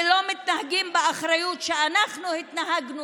ואתם לא מתנהגים באחריות שאנחנו התנהגנו